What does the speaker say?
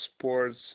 sports